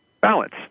Balance